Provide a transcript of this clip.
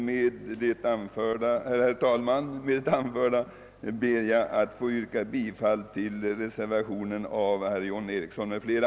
Med det anförda ber jag att få yrka bifall till reservationen av herr John Ericsson m.fl.